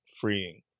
freeing